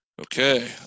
Okay